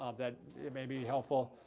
um that may be helpful.